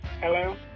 Hello